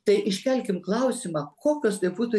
tai iškelkim klausimą kokios bebūtų